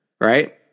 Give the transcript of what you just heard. right